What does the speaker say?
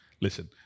Listen